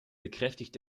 bekräftigt